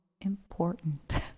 important